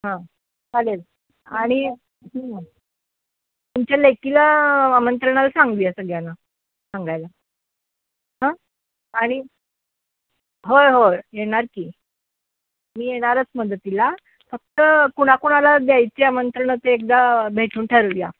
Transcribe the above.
हां चालेल आणि तुमच्या लेकीला आमंत्रणाला सांगूया सगळ्यांना सांगायला हं आणि होय होय येणार की मी येणारच मदतीला फक्त कुणाकुणाला द्यायची आमंत्रणं ते एकदा भेटून ठरवूया